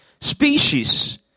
species